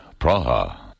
Praha